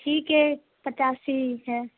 ٹھیک ہے پچاسی ہے